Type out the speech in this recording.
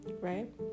right